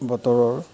বতৰৰ